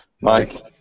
Mike